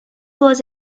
was